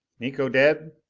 miko dead?